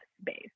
space